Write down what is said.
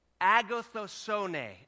agathosone